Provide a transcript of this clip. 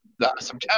September